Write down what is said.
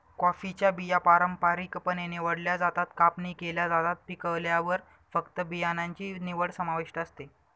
कॉफीच्या बिया पारंपारिकपणे निवडल्या जातात, कापणी केल्या जातात, पिकल्यावर फक्त बियाणांची निवड समाविष्ट असते